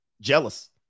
Jealous